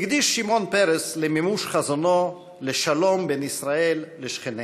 הקדיש שמעון פרס למימוש חזונו לשלום בין ישראל לשכניה.